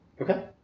Okay